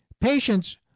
patients